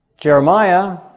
Jeremiah